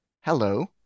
Hello